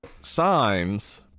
Signs